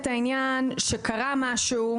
יש את העניין שקרה משהו,